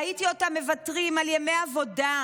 ראיתי אותם מוותרים על ימי עבודה,